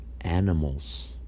animals